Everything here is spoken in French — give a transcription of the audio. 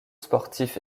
sportif